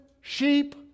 sheep